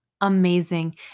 amazing